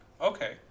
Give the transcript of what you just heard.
Okay